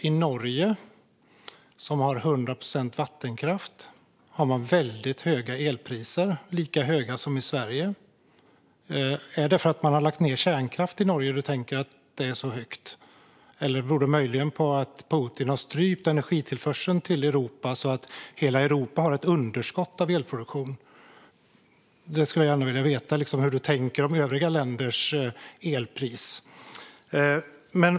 I Norge, som har 100 procent vattenkraft, har man väldigt höga elpriser, lika höga som i Sverige. Tänker du att det är för att man har lagt ned kärnkraft i Norge som priserna är så höga? Eller beror det möjligen på att Putin har strypt energitillförseln till Europa så att hela Europa har ett underskott av elproduktion? Jag skulle gärna vilja veta hur du tänker om övriga länders elpriser.